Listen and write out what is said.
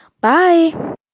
Bye